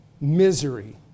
misery